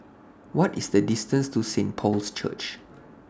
What IS The distance to Saint Paul's Church